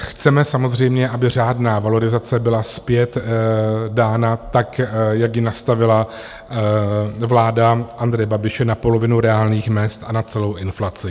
Chceme samozřejmě, aby řádná valorizace byla zpět dána tak, jak ji nastavila vláda Andreje Babiše, na polovinu reálných mezd a na celou inflaci.